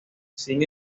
sin